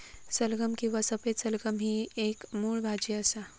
सलगम किंवा सफेद सलगम ही एक मुळ भाजी असा